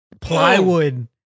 plywood